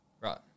Right